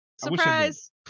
Surprise